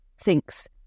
thinks